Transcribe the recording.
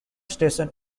station